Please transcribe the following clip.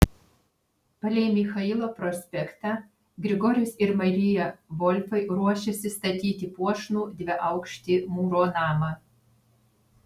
palei michailo prospektą grigorijus ir marija volfai ruošėsi statyti puošnų dviaukštį mūro namą